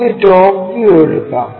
നമുക്ക് top view എടുക്കാം